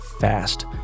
fast